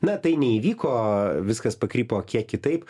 na tai neįvyko viskas pakrypo kiek kitaip